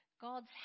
God's